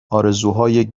آرزوهای